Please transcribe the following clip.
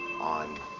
on